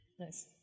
Nice